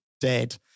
dead